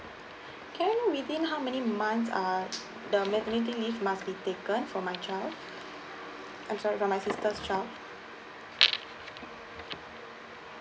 can I know within how many months are the maternity leave must be taken for my child um sorry for my sister's child